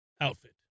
outfit